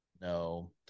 No